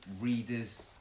Reader's